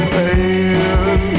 pain